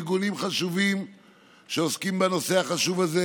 ארגונים חשובים שעוסקים בנושא החשוב הזה,